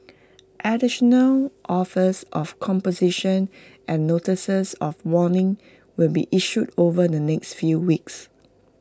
additional offers of composition and notices of warning will be issued over the next few weeks